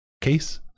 case